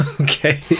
okay